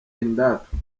indatwa